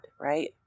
right